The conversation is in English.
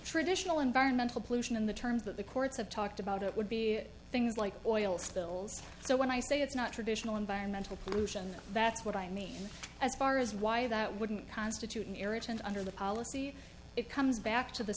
traditional environmental pollution in the terms that the courts have talked about it would be things like oil spills so when i say it's not traditional environmental pollution that's what i mean as far as why that wouldn't constitute an irritant under the policy it comes back to the